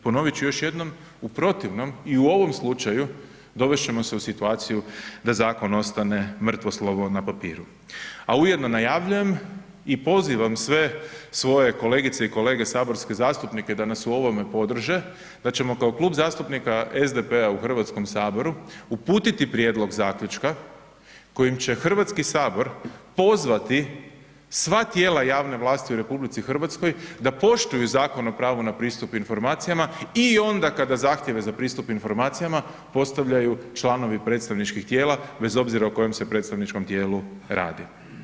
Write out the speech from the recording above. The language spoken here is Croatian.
Ponovit ću još jednom, u protivnom i u ovom slučaju, dovest ćemo se u situaciju da zakon ostane mrtvo slovo na papiru, a ujedno najavljujem i pozivam sve svoje kolegice i kolege saborske zastupnike da nas u ovome podrže, da ćemo kao Klub zastupnika SDP-a u HS uputiti prijedlog zaključka kojim će HS pozvati sva tijela javne vlasti u RH da poštuju Zakon o pravu na pristup informacijama i onda kada zahtjeve za pristup informacijama postavljaju članovi predstavničkih tijela bez obzira o kojem se predstavničkom tijelu radi.